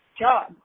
job